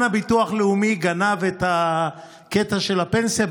הביטוח לאומי גנב מזמן את הקטע של הפנסיה,